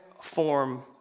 form